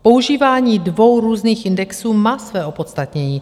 Používání dvou různých indexů má své opodstatnění.